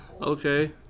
Okay